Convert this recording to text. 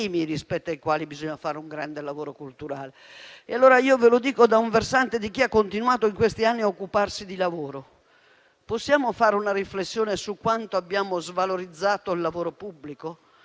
rispetto ai quali tale lavoro è necessario. Ve lo dico dal versante di chi ha continuato in questi anni ad occuparsi di lavoro: possiamo fare una riflessione su quanto abbiamo svalorizzato il lavoro pubblico